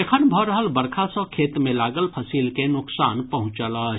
एखन भऽ रहल बरखा सँ खेत मे लागल फसिल के नोकसान पहुंचल अछि